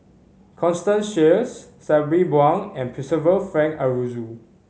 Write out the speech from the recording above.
Constance Sheares Sabri Buang and Percival Frank Aroozoo